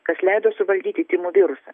kas leido suvaldyti tymų virusą